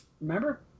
remember